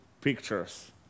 pictures